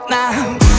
now